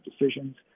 decisions